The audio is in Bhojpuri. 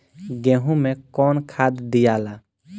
गेहूं मे कौन खाद दियाला?